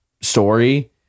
story